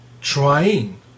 trying